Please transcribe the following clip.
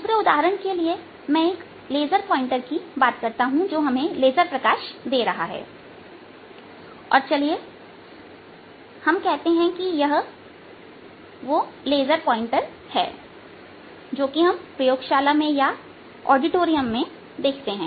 दूसरे उदाहरण के लिए मैं एक लेजर प्वाइंटर की बात करता हूं जो हमें लेजर प्रकाश दे रहा है और चलिए हम कहते हैं कि यह वह लेजर पॉइंट है जो हम प्रयोगशाला में ऑडिटोरियम में देखते हैं